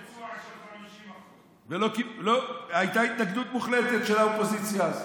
של 50%. הייתה התנגדות מוחלטת של האופוזיציה אז,